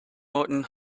morton